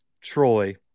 troy